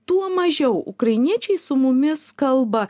tuo mažiau ukrainiečiai su mumis kalba